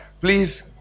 Please